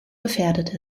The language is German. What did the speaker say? gefährdet